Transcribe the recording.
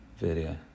video